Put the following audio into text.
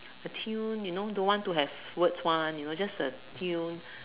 a tune you know don't want to have words one you know just the tune